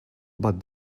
but